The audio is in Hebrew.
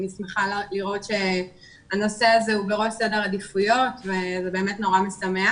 אני שמחה לראות שהנושא הזה הוא בראש סדר העדיפויות וזה באמת מאוד משמח.